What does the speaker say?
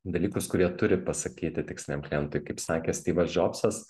dalykus kurie turi pasakyti tiksliniam klientui kaip sakė styvas džobsas